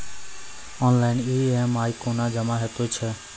Online EMI कूना जमा हेतु छै?